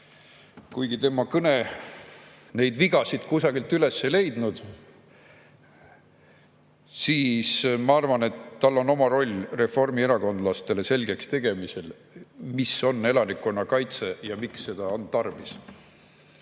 Kuigi tema kõne neid vigasid kusagilt üles ei leidnud, ma arvan, et tal on oma roll reformierakondlastele selgeks tegemisel, mis on elanikkonnakaitse ja miks seda on tarvis.